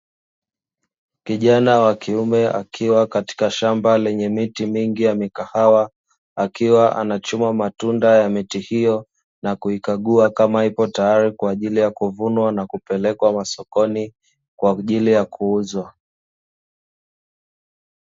Kijana wa kiume akiwa katika shamba lenye miti mingi ya mikahawa, akiwa anachuma matunda ya miti hiyo na kuikagua kama ipo tayari kwa ajili ya kuvunwa na kupelekwa masokoni kwa ajili ya kuuzwa.